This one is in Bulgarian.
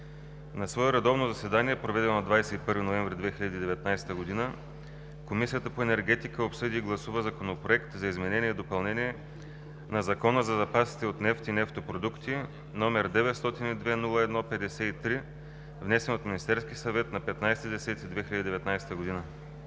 На свое редовно заседание, проведено на 21 ноември 2019 г., Комисията по енергетика обсъди и гласува Законопроект за изменение и допълнение на Закона за запасите от нефт и нефтопродукти, № 902-01-53, внесен от Министерския съвет на 15 октомври 2019 г.